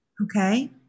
Okay